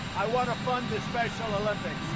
i want to fund the special olympics.